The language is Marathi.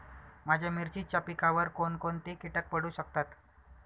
माझ्या मिरचीच्या पिकावर कोण कोणते कीटक पडू शकतात?